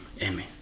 Amen